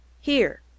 Here